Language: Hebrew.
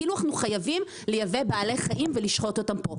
כאילו אנחנו חייבים לייבא בעלי חיים ולשחוט אותם פה,